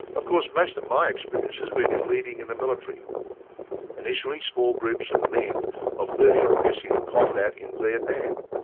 of course, most of my experience has been in leading in the military initially small groups of men of thirty or less in combat in vietnam,